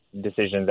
decisions